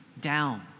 down